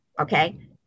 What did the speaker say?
okay